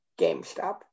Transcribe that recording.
GameStop